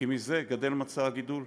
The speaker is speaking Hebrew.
כי זה מצע הגידול,